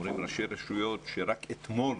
אומרים ראשי הרשויות שרק אתמול